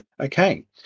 Okay